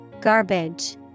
Garbage